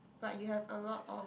but you have a lot of